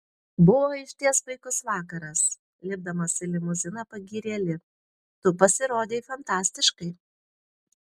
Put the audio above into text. buvo išties puikus vakaras lipdamas į limuziną pagyrė li tu pasirodei fantastiškai